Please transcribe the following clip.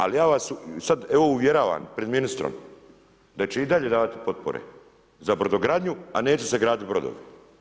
Ali ja vas sad evo uvjeravam pred ministrom da će i dalje davati potpore za brodogradnju a neće se graditi brodovi.